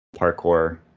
parkour